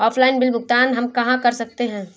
Offline bill भुगतान हम कहां कर सकते हैं?